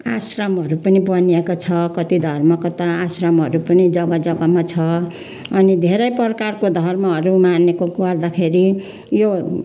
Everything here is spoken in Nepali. आश्रममहरू पनि बनिएको छ कति धर्मको त आश्रमहरू पनि जगा जगामा छ अनि धेरै प्रकारको धर्महरू मानेकोले गर्दाखेरि यो